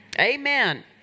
Amen